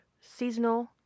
seasonal